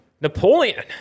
Napoleon